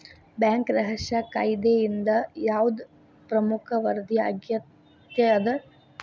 Bank ರಹಸ್ಯ ಕಾಯಿದೆಯಿಂದ ಯಾವ್ದ್ ಪ್ರಮುಖ ವರದಿ ಅಗತ್ಯ ಅದ?